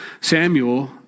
Samuel